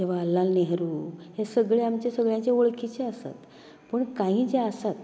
जवाहरलाल नेहरू हे सगळें आमचे वळखीचे आसात पूण काही जे आसात